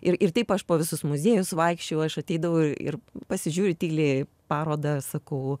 ir ir taip aš po visus muziejus vaikščiojau aš ateidavau ir pasižiūriu tyliai paroąa sakau